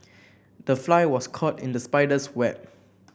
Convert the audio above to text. the fly was caught in the spider's web